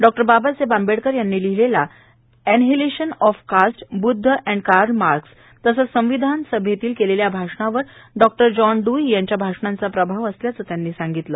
doctor Babasaheb Ambedkar यांनी लिहिलेल्या annihilation of caste Buddha आणि कार्ल मार्क्स तसेच संविधान सभेतील केलेल्या भाषणावर डॉक्टर जॉन ड्रई यांच्या भाषणाचा प्रभाव असल्याचे त्यांनी सांगितले